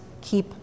keep